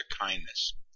kindness